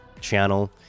channel